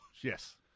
Yes